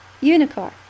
Unicorn